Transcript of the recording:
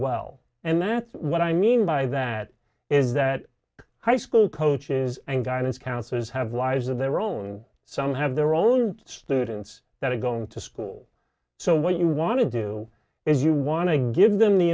well and that's what i mean by that is that high school coaches and guidance counselors have lives of their own some have their own students that are going to school so what you want to do is you want to give the